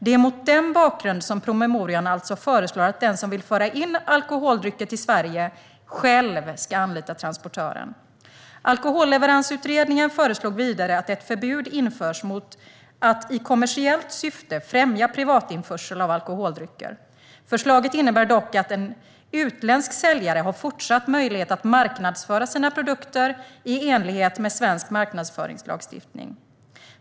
Det är mot den bakgrunden som promemorian alltså föreslår att den som vill föra in alkoholdrycker till Sverige själv ska anlita transportören. Alkoholleveransutredningen föreslog vidare att ett förbud införs mot att i kommersiellt syfte främja privatinförsel av alkoholdrycker. Förslaget innebär dock att en utländsk säljare även fortsättningsvis har möjlighet att marknadsföra sina produkter i enlighet med svensk marknadsföringslagstiftning.